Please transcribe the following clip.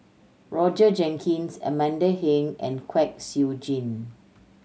Roger Jenkins Amanda Heng and Kwek Siew Jin